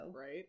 Right